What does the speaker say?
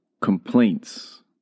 Complaints